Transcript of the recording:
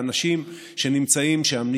האנשים שנמצאים שם,